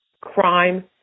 crime